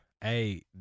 Hey